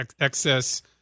excess